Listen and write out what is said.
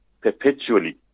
perpetually